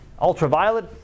ultraviolet